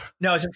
No